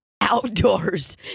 outdoors